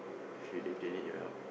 kay if they need your help